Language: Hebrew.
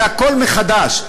זה הכול מחדש.